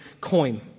coin